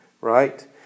right